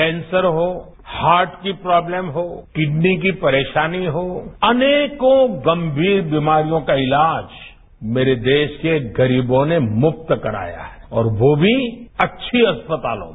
cancer हो heart की problem हो किडनी की परेशानी हो अनेकों गर्भीर बीमारियों का इलाज मेरे देश के गरीबों ने मुफ्त कराया है और वो भी अच्छे अस्पतालों में